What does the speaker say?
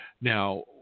Now